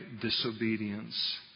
disobedience